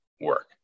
work